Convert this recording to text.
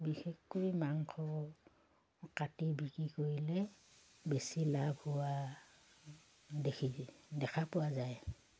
বিশেষকৈ মাংস কাটি বিক্ৰী কৰিলে বেছি লাভ হোৱা দেখি দেখা পোৱা যায়